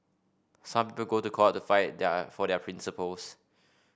some to court the fight their for their principles